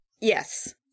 Yes